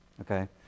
Okay